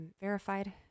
Verified